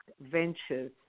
ventures